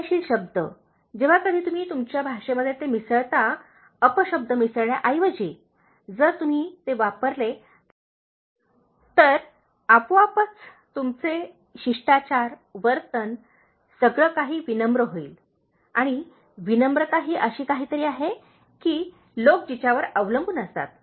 विनयशील शब्द जेव्हा कधी तुम्ही तुमच्या भाषेमध्ये ते मिसळता अपशब्द मिसळण्याऐवजी जर तुम्ही ते वापरले तर आपोआपच तुमचे शिष्टाचार वर्तन सगळे काही विनम्र होईल आणि विनम्रता ही अशी काही तरी आहे की लोक जिच्यावर अवलंबून असतात